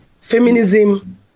Feminism